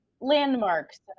Landmarks